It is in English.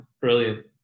Brilliant